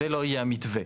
זה לא יהיה המתווה.